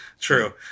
true